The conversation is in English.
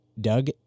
Doug